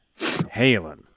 Halen